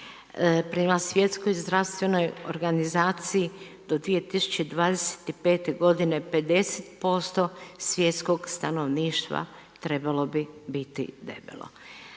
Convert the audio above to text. Prema Svjetskoj zdravstvenoj organizaciji do 2025. godine, 50% svjetskog stanovništva trebalo bi biti debelo.